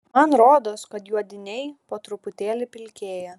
man rodos kad juodiniai po truputėlį pilkėja